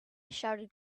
shouted